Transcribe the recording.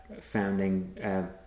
founding